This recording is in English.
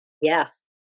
yes